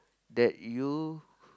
that you